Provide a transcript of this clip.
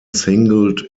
singled